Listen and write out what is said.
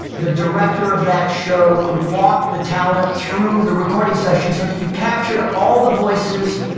the director of that show would walk the talent through the recording session so that you captured all the voices,